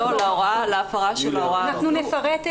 נכון?